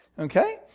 Okay